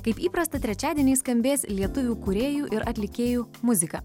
kaip įprasta trečiadienį skambės lietuvių kūrėjų ir atlikėjų muzika